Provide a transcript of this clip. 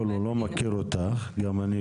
לפני שנים